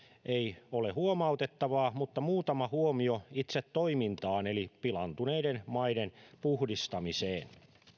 ei ole huomautettavaa mutta muutama huomio itse toimintaan eli pilaantuneiden maiden puhdistamiseen